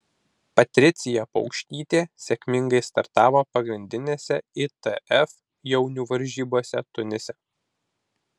patricija paukštytė sėkmingai startavo pagrindinėse itf jaunių varžybose tunise